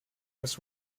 was